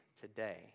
today